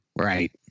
Right